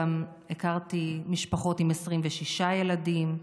הכרתי גם משפחות עם 26 ילדים,